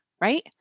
Right